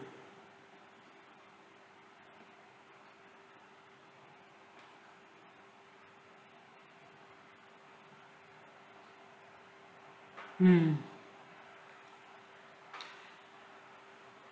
mm